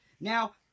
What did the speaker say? Now